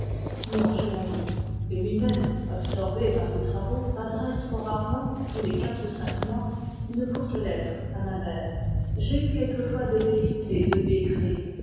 et lui-même absorbé par ses travaux adresse trop rarement tous les quatre ou cinq mois une courte lettre à ma mère j'ai eu quelquefois des velléités de lui écrire